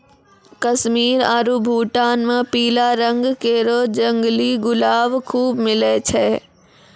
कश्मीर आरु भूटान म पीला रंग केरो जंगली गुलाब खूब मिलै छै